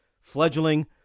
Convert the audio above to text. fledgling